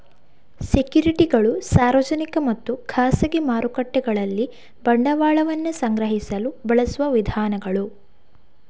ಸೆಕ್ಯುರಿಟಿಗಳು ಸಾರ್ವಜನಿಕ ಮತ್ತು ಖಾಸಗಿ ಮಾರುಕಟ್ಟೆಗಳಲ್ಲಿ ಬಂಡವಾಳವನ್ನ ಸಂಗ್ರಹಿಸಲು ಬಳಸುವ ವಿಧಾನಗಳು